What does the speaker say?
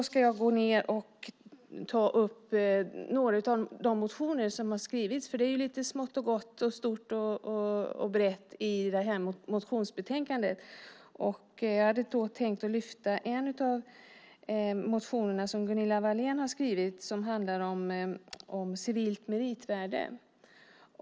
Jag ska ta upp några av de motioner som har skrivits. Det finns lite smått och gott och stort och brett i motionsbetänkandet. Jag hade tänkt att lyfta fram en av motionerna som Gunilla Wahlén har skrivit och som handlar om civilt meritvärde.